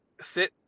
sit